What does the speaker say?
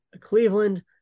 Cleveland